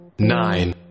nine